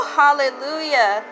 hallelujah